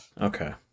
Okay